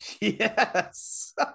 Yes